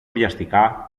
βιαστικά